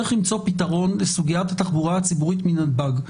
צריך למצוא פתרון לסוגיית התחבורה הציבורית מנתב"ג.